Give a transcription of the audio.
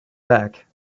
back